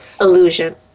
illusion